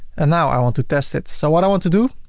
and now i want to test it. so what i want to do,